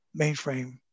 mainframe